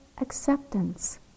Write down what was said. acceptance